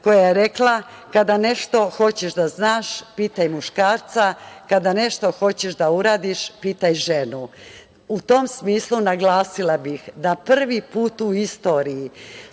koja je rekla - kada nešto hoćeš da znaš pitaj muškarca, kada nešto hoćeš da uradiš pitaj ženu. U tom smislu naglasila bih da prvi put u istoriji